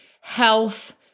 health